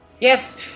Yes